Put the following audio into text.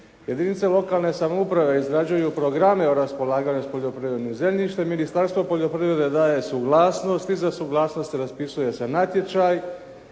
Jedinice lokalne samouprave izrađuju programe o raspolaganju sa poljoprivrednim zemljištem, Ministarstvo poljoprivrede daje suglasnost, iza suglasnosti se raspisuje natječaj,